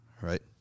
Right